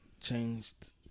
changed